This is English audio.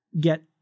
get